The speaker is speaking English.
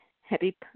happy